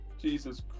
Jesus